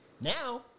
now